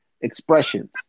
expressions